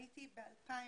עליתיב-2013.